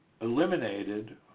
eliminated